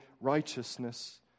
righteousness